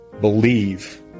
believe